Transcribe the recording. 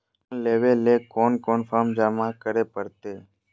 Loan लेवे ले कोन कोन फॉर्म जमा करे परते?